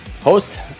host